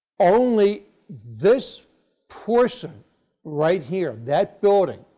only this portion right here, that building,